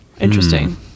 Interesting